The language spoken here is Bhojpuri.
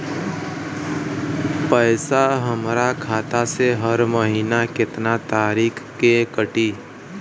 पैसा हमरा खाता से हर महीना केतना तारीक के कटी?